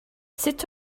sut